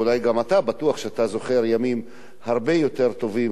ובטוח שגם אתה זוכר ימים הרבה יותר טובים,